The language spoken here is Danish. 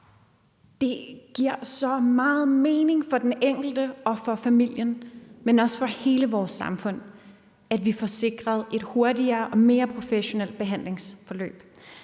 det giver så meget mening for den enkelte og for familien, men også for hele vores samfund, at vi får sikret et hurtigere og mere professionelt behandlingsforløb.